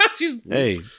Hey